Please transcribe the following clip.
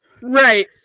right